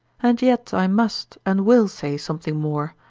and yet i must and will say something more,